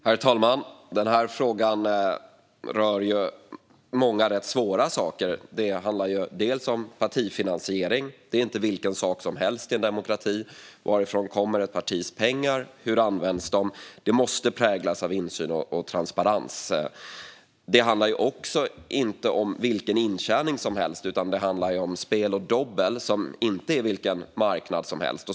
Herr talman! Denna fråga rör många rätt svåra saker. Det handlar om partifinansiering, vilket inte är vad som helst i en demokrati. Varifrån ett partis pengar kommer och hur de används måste präglas av insyn och transparens. Det handlar också om spel och dobbel, som inte är vilken marknad som helst.